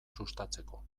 sustatzeko